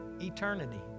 eternity